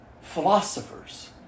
philosophers